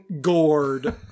gourd